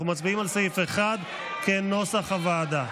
אנחנו מצביעים על סעיף 1 כנוסח הוועדה.